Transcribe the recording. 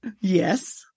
Yes